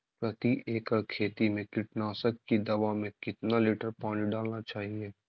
प्रति एकड़ खेती में कीटनाशक की दवा में कितना लीटर पानी डालना चाइए?